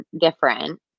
different